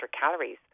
calories